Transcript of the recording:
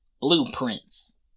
Blueprints